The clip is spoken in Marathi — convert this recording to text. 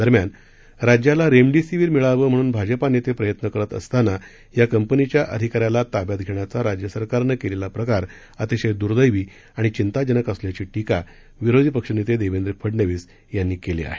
दरम्यान राज्याला रेमडेसिवीर मिळावं म्हणून भाजपानेते प्रयत्न करत असताना या कंपनीच्या अधिकाऱ्याला ताब्यात घेण्याचा राज्य सरकारनं केलेला प्रकार अतिशय दुर्दैवी आणि चिंताजनक असल्याची टीका विरोधी पक्ष नेते देवेंद्र फडनवीस यांनी केली आहे